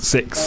Six